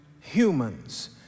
humans